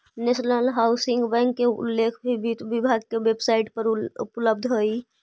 national housing bank के उल्लेख भी वित्त विभाग के वेबसाइट पर उपलब्ध हइ